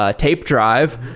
ah tape drive,